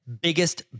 biggest